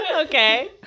Okay